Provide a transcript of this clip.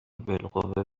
بالقوه